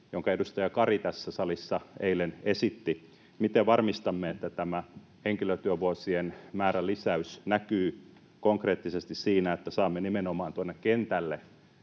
jonka edustaja Kari tässä salissa eilen esitti: miten varmistamme, että tämä henkilötyövuosien määrän lisäys näkyy konkreettisesti siinä, että saamme nimenomaan tuonne kentälle